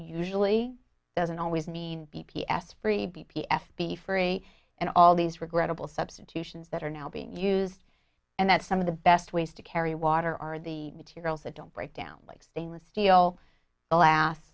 usually doesn't always mean the p s three b p f p free and all these regrettable substitutions that are now being used and that some of the best ways to carry water are the materials that don't break down like stainless steel